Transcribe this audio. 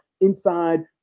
inside